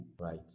right